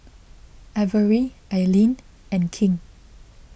Averie Ailene and King